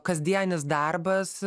kasdienis darbas